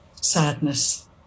sadness